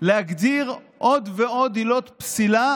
להגדיר עוד ועוד עילות פסילה